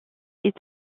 est